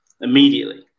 immediately